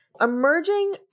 Emerging